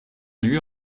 lieu